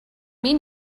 mean